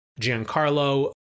Giancarlo